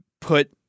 put